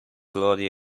glory